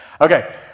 Okay